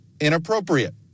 inappropriate